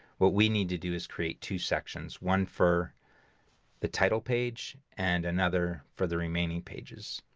what we need to do is create two sections one for the title page and another for the remaining pages.